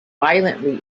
violently